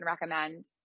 recommend